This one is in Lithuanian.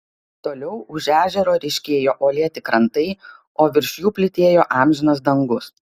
toliau už ežero ryškėjo uolėti krantai o virš jų plytėjo amžinas dangus